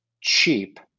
cheap